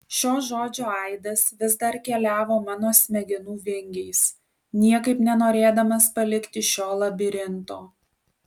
šio žodžio aidas vis dar keliavo mano smegenų vingiais niekaip nenorėdamas palikti šio labirinto